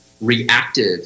reactive